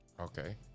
Okay